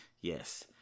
Yes